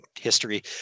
history